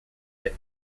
bit